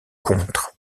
contre